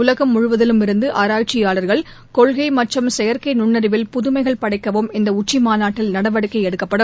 உலகம் முழுவதிலும் இருக்கு ஆராய்ச்சியாளர்கள் கொள்கை மற்றும் செயற்கை நுண்ணறிவில் புதுமைகள் படைக்கவும் இந்த உச்சி மாநாட்டில் நடவடிக்கை எடுக்கப்படும்